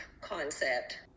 concept